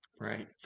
Right